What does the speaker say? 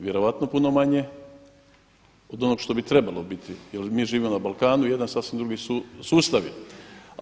Vjerojatno puno manje od onoga što bi trebalo biti jer mi živimo na Balkanu jedan sasvim drugi sustav je.